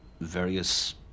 various